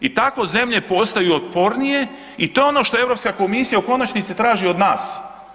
I tako zemlje postaju otpornije i to je ono što Europska komisija u konačnici traži od nas.